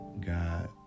God